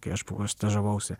kai aš bu stažavausi